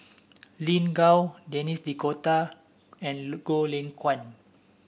Lin Gao Denis D'Cotta and Goh Lay Kuan